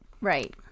Right